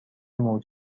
موج